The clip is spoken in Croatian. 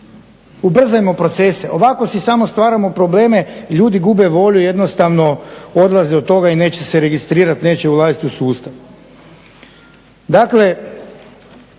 Ubrzajmo procese, ovako si samo stvaramo probleme i ljudi gube volju jednostavno odlaze od toga i neće se registrirati, neće ulaziti u sustav.